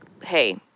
hey